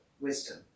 wisdom